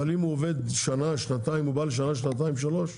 אבל אם הוא בא לשנה, שנתיים, שלוש,